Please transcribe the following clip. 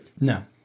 No